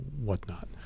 whatnot